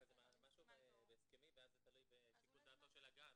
אבל זה משהו הסכמי ואז זה תלוי בשיקול דעתו של הגן.